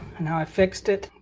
and how i fixed it.